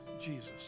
Jesus